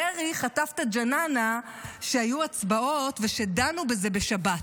דרעי חטף את הג'ננה שהיו הצבעות ושדנו בזה בשבת.